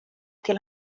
till